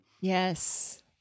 Yes